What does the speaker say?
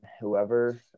whoever